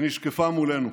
שנשקפה ממנו.